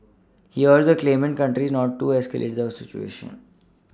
he urged the claimant countries not to escalate the situation